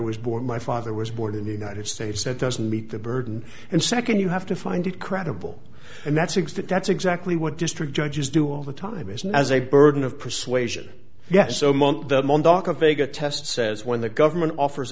was born my father was born in the united states that doesn't meet the burden and second you have to find it credible and that's exact that's exactly what district judges do all the time is now as a burden of persuasion yes so munt the doc of a good test says when the government offers